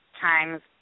times